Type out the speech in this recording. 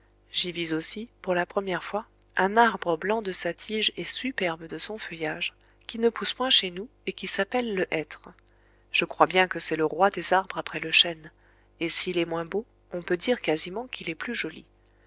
j'y vis aussi pour la première fois un arbre blanc de sa tige et superbe de son feuillage qui ne pousse point chez nous et qui s'appelle le hêtre je crois bien que c'est le roi des arbres après le chêne et s'il est moins beau on peut dire quasiment qu'il est plus joli